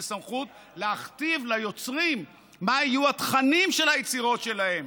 סמכות להכתיב ליוצרים מה יהיו התכנים של היצירות שלהם.